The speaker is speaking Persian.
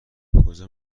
کجا